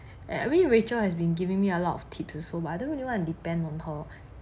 every rachael has been giving me a lot of tips also but I don't really want to depend on her